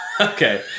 okay